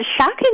shocking